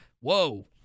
whoa